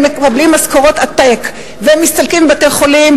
מקבלים משכורות עתק והם מסתלקים מבתי-החולים,